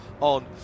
on